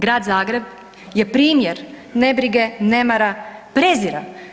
Grad Zagreb je primjer nebrige, nemara, prezira.